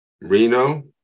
Reno